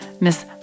Miss